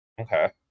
okay